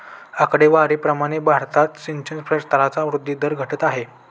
आकडेवारी प्रमाणे भारतात सिंचन क्षेत्राचा वृद्धी दर घटत आहे